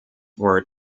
were